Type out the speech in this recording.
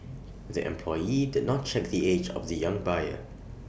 the employee did not check the age of the young buyer